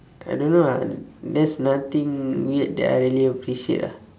I don't know ah there's nothing weird that I really appreciate ah